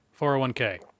401k